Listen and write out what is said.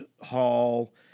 hall